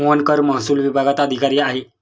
मोहन कर महसूल विभागात अधिकारी आहे